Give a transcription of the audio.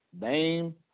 Name